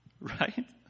Right